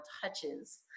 touches